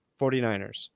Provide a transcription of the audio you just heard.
49ers